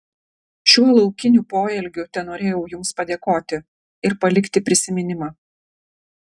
šiuo laukiniu poelgiu tenorėjau jums padėkoti ir palikti prisiminimą